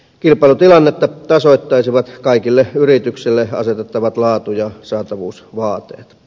kilpailutilannetta tasoittaisivat kaikille yrityksille asetettavat laatu ja saatavuusvaateet